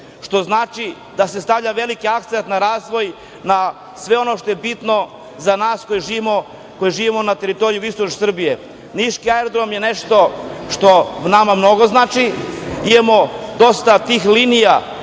što znači da se stavlja veliki akcenat na razvoj, na sve ono što je bitno za nas koji živimo na teritoriji jugoistočne Srbije. Niški aerodrom je nešto što nama mnogo znači. Imamo dosta tih linija